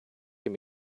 can